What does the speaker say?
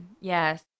Yes